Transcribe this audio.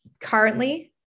currently